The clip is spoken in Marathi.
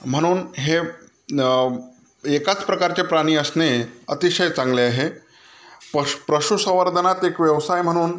म्हणून हे एकाच प्रकारचे प्राणी असणे अतिशय चांगले आहे पश पशु संवर्धनात एक व्यवसाय म्हणून